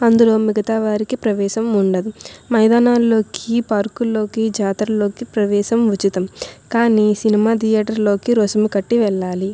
అందులో మిగతా వారికి ప్రవేశం ఉండదు మైదానాలలోకి పార్కులలోకి జాతర్లలోకి ప్రవేశం ఉచితం కానీ సినిమా థియేటర్లోకి రుసుము కట్టి వెళ్ళాలి